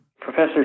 Professor